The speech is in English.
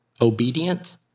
Obedient